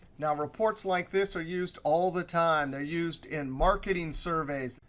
now, reports like this are used all the time. they're used in marketing surveys.